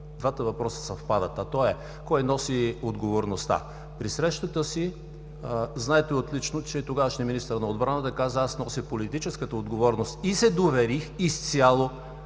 двата въпроса съвпадат, а той е: кой носи отговорността? При срещата си, знаете отлично, че тогавашният министър на отбраната каза: „Аз нося политическата отговорност и се доверих изцяло